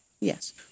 yes